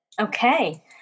Okay